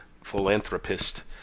philanthropist